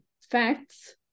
facts